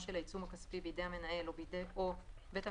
של העיצום הכספי בידי המנהל או בית המשפט